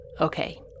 Okay